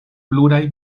pluraj